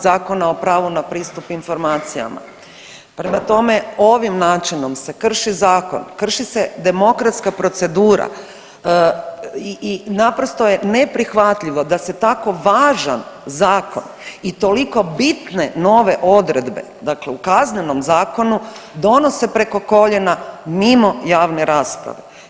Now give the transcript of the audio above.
Zakona o pravu na pristup informacijama, prema tome ovim načinom se krši zakon, krši se demokratska procedura i naprosto je neprihvatljivo da se tako važan zakon i toliko bitne nove odredbe u Kaznenom zakonu donose preko koljena mimo javne rasprave.